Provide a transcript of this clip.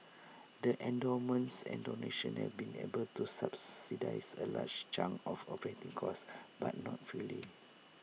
the endowments and donations have been able to subsidise A large chunk of operating costs but not fully